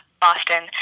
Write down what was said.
Boston